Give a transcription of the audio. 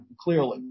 clearly